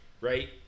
right